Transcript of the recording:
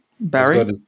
Barry